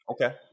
okay